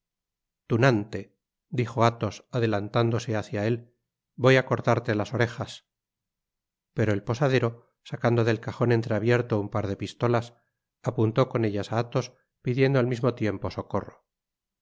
tunante dijo athos adelantándose hácia él voy á cortarte las orejas pero el posadero sacando del cajon entreabierto un par de pistolas apuntó con ellas á athos pidiendo al mismo tiempo socorro en